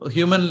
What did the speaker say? human